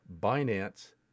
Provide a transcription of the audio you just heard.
Binance